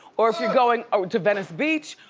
or if you're going to venice beach,